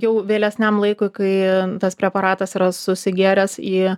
jau vėlesniam laikui kai tas preparatas yra susigėręs į